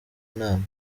nama